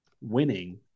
winning